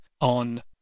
on